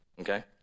Okay